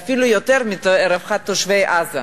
ואפילו יותר מרווחת תושבי עזה,